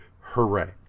Hooray